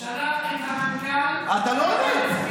שלחתי את העניין למזכיר, אתה לא עונה.